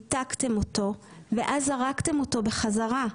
ניתקתם אותו ואז זרקתם אותו בחזרה.